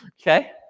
Okay